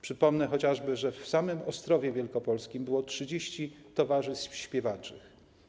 Przypomnę chociażby, że w samym Ostrowie Wielkopolskim było 30 towarzystw śpiewaczych.